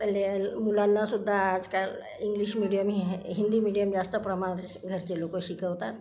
पहिले मुलांनासुद्धा आजकाल इंग्लिश मीडियम हे हिंदी मीडियम जास्त प्रमाणात घरचे लोकं शिकवतात